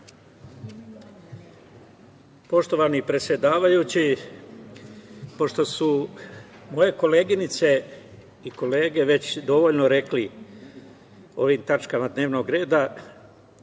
Poštovani predsedavajući, pošto su moje koleginice i kolege već dovoljno rekli o ovim tačkama dnevnog reda,